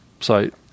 site